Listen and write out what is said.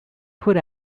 put